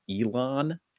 elon